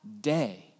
day